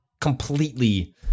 completely